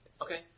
Okay